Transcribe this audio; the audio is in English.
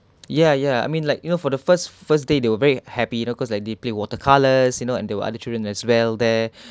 ya ya I mean like you know for the first first day they were very happy you know cause like they play watercolours you know and there were other children as well there